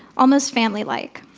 almost family-like.